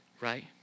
Right